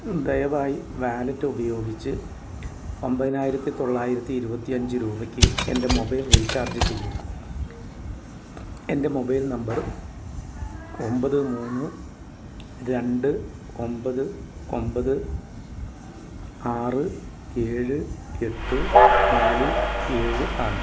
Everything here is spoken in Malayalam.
ദയവായി വാലറ്റ് ഉപയോഗിച്ച് ഒമ്പതിനായിരത്തി തൊള്ളായിരത്തി ഇരുപത്തിയഞ്ച് രൂപയ്ക്ക് എൻ്റെ മൊബൈൽ റീചാർജ് ചെയ്യുക എൻ്റെ മൊബൈൽ നമ്പർ ഒമ്പത് മൂന്ന് രണ്ട് ഒമ്പത് ഒൻപത് ആറ് ഏഴ് എട്ട് നാല് ഏഴ് ആണ്